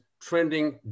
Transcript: trending